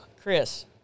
Chris